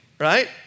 Right